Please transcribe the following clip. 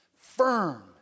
firm